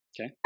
Okay